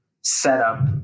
setup